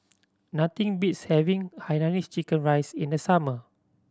nothing beats having Hainanese chicken rice in the summer